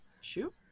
Shoot